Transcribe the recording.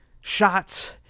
shots